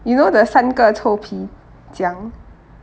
you know the 三个臭皮匠